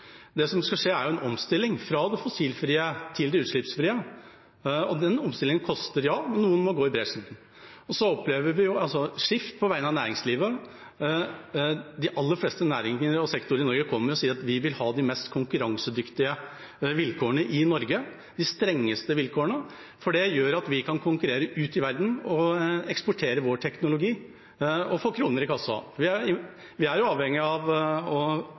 Det som skal skje, er en omstilling til det fossilfrie og det utslippsfrie. Og den omstillingen koster, ja. Men noen må gå i bresjen. Så opplever vi et skifte på vegne av næringslivet. De aller fleste næringer og sektorer i Norge kommer og sier at de vil ha de mest konkurransedyktige vilkårene i Norge, de strengeste vilkårene, for det gjør at vi kan konkurrere ute i verden og eksportere vår teknologi og få kroner i kassa. Vi er avhengig av å selge varene til noen. Senterpartiet er veldig opptatt av fisken, og